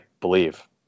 believe